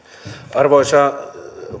arvoisa